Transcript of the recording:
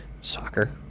Soccer